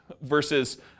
Versus